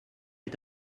est